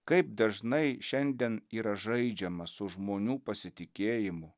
kaip dažnai šiandien yra žaidžiama su žmonių pasitikėjimu